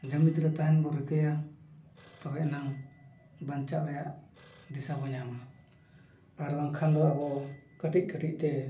ᱡᱩᱢᱤᱫ ᱨᱮ ᱛᱟᱦᱮᱱ ᱵᱚ ᱨᱤᱠᱟᱹᱭᱟ ᱛᱚᱵᱮ ᱮᱱᱟᱝ ᱵᱟᱧᱪᱟᱜ ᱨᱮᱭᱟᱜ ᱫᱤᱥᱟᱹ ᱵᱚᱱ ᱧᱟᱢᱟ ᱟᱨ ᱵᱟᱝᱠᱷᱟᱱ ᱫᱚ ᱟᱵᱚ ᱠᱟᱹᱴᱤᱡ ᱠᱟᱹᱴᱤᱡ ᱛᱮ